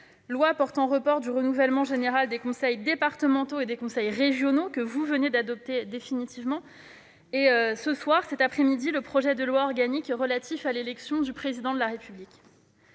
loi portant report du renouvellement général des conseils départementaux et des conseils régionaux que vous venez d'adopter définitivement et, cet après-midi, le projet de loi organique relatif à l'élection du président de la République.